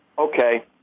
okay